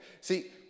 See